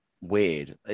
weird